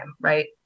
right